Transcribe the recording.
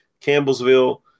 Campbellsville